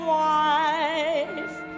wife